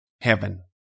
heaven